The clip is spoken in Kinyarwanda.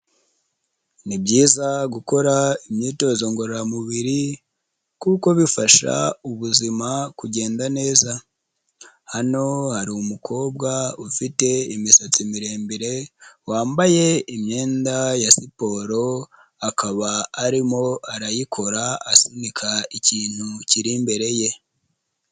Ni byiza gukora imyitozo ngororamubiri, kuko bifasha ubuzima kugenda neza. Hano hari umukobwa ufite imisatsi miremire, wambaye imyenda ya siporo, akaba arimo arayikora asunika ikintu kiri imbere ye.